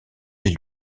les